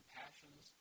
passions